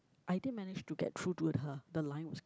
I did manage to get through to her the line was cut